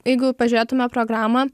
jeigu pažiūrėtume programą